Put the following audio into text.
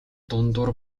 дундуур